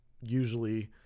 usually